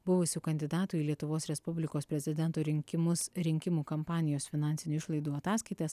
buvusių kandidatų į lietuvos respublikos prezidento rinkimus rinkimų kampanijos finansinių išlaidų ataskaitas